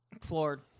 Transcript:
floored